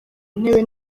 intebe